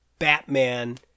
Batman